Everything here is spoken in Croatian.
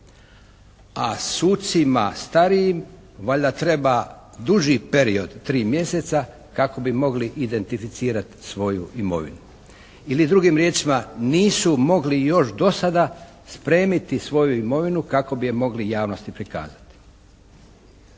a sucima starijim valjda treba duži period tri mjeseca kako bi mogli identificirati svoju imovinu. Ili drugim riječima, nisu mogli još do sada spremiti svoju imovinu kako bi je mogli javnosti prikazati.